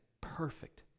perfect